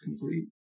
complete